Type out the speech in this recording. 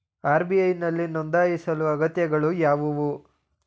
RBI ನಲ್ಲಿ ನೊಂದಾಯಿಸಲು ಅಗತ್ಯತೆಗಳು ಯಾವುವು?